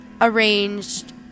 arranged